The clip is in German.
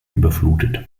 überflutet